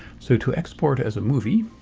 so, to export as a movie